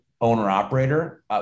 owner-operator